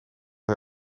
hij